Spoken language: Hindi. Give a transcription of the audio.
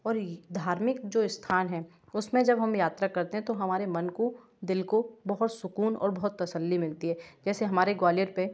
और धार्मिक जो स्थान हैं उस में जब हम यात्रा करते हैं तो हमारे मन को दिल को बहुत सुकून और बहुत तसल्ली मिलती है जैसे हमारे ग्वालियर में